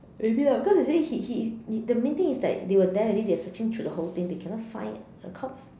maybe lah because you see he he the main thing is that they were there already they're searching through the whole thing they cannot find the corpse